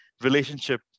relationship